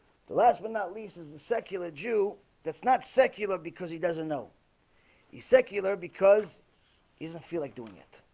the last but not least is the secular jew that's not secular because he doesn't know he's secular because he doesn't feel like doing it